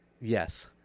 Yes